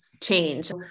change